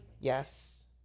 yes